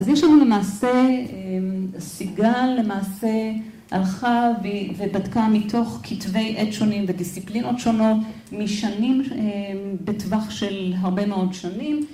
‫אז יש לנו למעשה, סיגל, למעשה, ‫הלכה ובדקה מתוך כתבי עת שונים ‫ודיסציפלינות שונות ‫משנים בטווח של הרבה מאוד שנים,